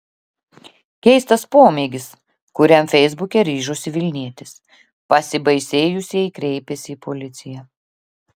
keistas pomėgis kuriam feisbuke ryžosi vilnietis pasibaisėjusieji kreipėsi į policiją